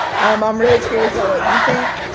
um i'm really curious about what you think.